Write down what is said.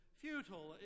futile